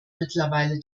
mittlerweile